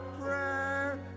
prayer